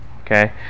okay